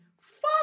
Fuck